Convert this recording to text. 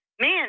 man